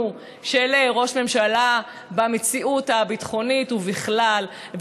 של ראש הממשלה במציאות הביטחונית ובכלל,